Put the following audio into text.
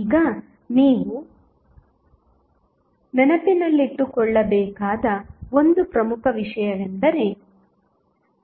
ಈಗ ನೀವು ನೆನಪಿನಲ್ಲಿಟ್ಟುಕೊಳ್ಳಬೇಕಾದ ಒಂದು ಪ್ರಮುಖ ವಿಷಯವೆಂದರೆ